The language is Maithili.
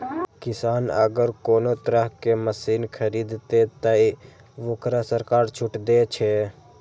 किसान अगर कोनो तरह के मशीन खरीद ते तय वोकरा सरकार छूट दे छे?